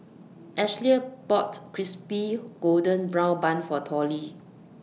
Ashlea bought Crispy Golden Brown Bun For Tollie